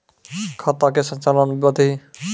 खाता का संचालन बिधि?